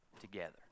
together